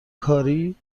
کاری